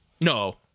No